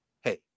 hey